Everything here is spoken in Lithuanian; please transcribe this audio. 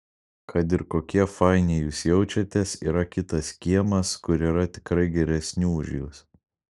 kad ir kokie faini jūs jaučiatės yra kitas kiemas kur yra tikrai geresnių už jus